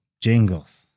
jingles